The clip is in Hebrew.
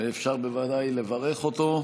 אפשר בוודאי לברך אותו,